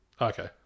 Okay